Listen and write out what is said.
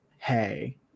Hey